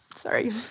Sorry